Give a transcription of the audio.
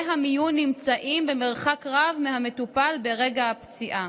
המיון נמצאים במרחק רב מהמטופל ברגע הפציעה.